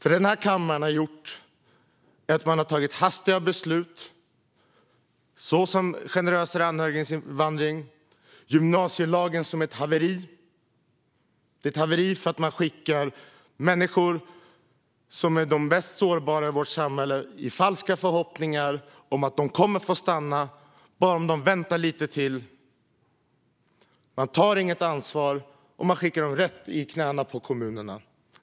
Vad kammaren har gjort är att den har fattat hastiga beslut, om generösare anhöriginvandring och om gymnasielagen, som är ett haveri. Det är ett haveri eftersom man ger de människor som är mest sårbara i vårt samhälle falska förhoppningar om att de kommer att få stanna om de bara väntar lite till. Man tar inget ansvar, och man skickar dem rätt i knäna på kommunerna.